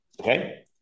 okay